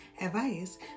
advice